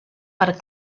per